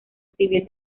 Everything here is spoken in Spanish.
civil